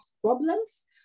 problems